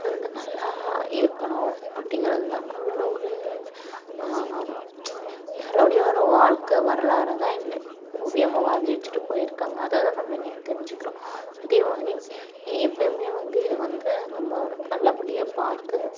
அதுவந்து நல்லா ஏற்கணும் அப்படிங்கிறது தான் நம்மளோடய ஒரு யாரோடய ஒரு வாழ்க்கை வரலாறை தான் இன்னும் ஓவியமாக வரைஞ்சி வச்சுட்டுப் போயிருக்காங்க அதுதான் நம்ம இன்றைக்கி தெரிஞ்சிக்கிறோம் அதேமாதிரி எப்போமே வந்து இதை வந்து நம்ம நல்லபடியாக பார்த்து